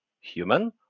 human